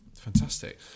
Fantastic